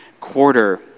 quarter